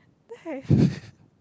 then I